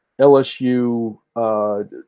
LSU